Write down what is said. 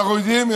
ואנחנו יודעים,